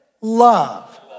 love